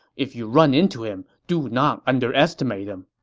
if you run into him, do not underestimate him.